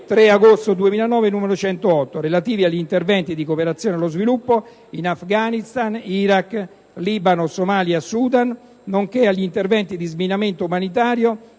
3 agosto 2009, n. 108, relativo agli interventi di cooperazione allo sviluppo in Afghanistan, Iraq, Libano, Somalia, Sudan, nonché agli interventi di sminamento umanitario